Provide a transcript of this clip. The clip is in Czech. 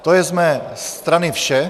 To je z mé strany vše.